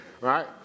Right